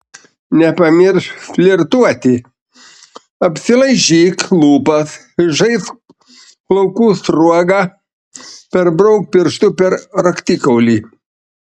nepamiršk flirtuoti apsilaižyk lūpas žaisk plaukų sruoga perbrauk pirštu per raktikaulį